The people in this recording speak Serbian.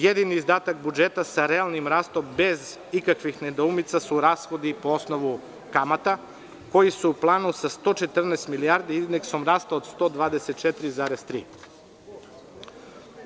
Jedini izdatak budžeta sa realnim rastom, bez ikakvih nedoumica, su rashodi po osnovu kamata, koji su u planu sa 114 milijardi i indeksom rasta od 124,3.